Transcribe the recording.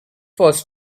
was